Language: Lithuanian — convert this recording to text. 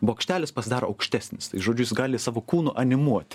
bokštelis pasidaro aukštesnis tai žodžiu jis gali savo kūnu animuot